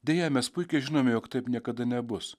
deja mes puikiai žinome jog taip niekada nebus